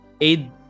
aid